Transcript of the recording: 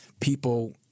people